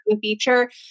feature